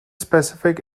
specific